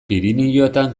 pirinioetan